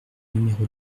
numéro